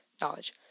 knowledge